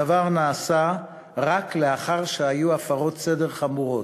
הדבר נעשה רק לאחר שהיו הפרות סדר חמורות.